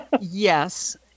Yes